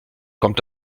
kommt